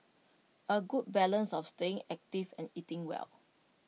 A good balance of staying active and eating well